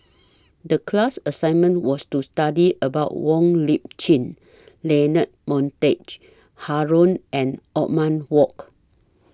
The class assignment was to study about Wong Lip Chin Leonard Montague Harrod and Othman Wok